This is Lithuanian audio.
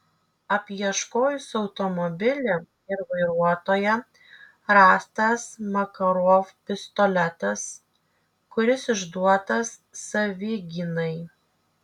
apieškojus automobilį ir vairuotoją rastas makarov pistoletas kuris išduotas savigynai